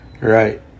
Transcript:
Right